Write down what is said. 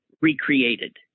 recreated